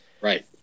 Right